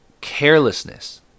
carelessness